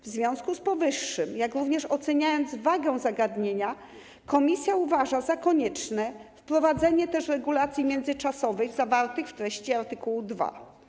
W związku z powyższym, jak również oceniając wagę zagadnienia, komisja uważa za konieczne wprowadzenie też regulacji międzyczasowych zawartych w treści art. 2.